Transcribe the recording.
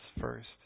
first